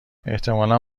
احتمالا